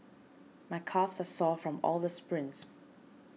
my calves are sore from all the sprints